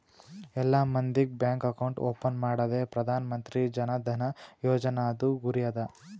ಎಲ್ಲಾ ಮಂದಿಗ್ bank account open ಮಾಡದೆ ಪ್ರಧಾನ್ ಮಂತ್ರಿ ಜನ್ ಧನ ಯೋಜನಾದು ಗುರಿ ಅದ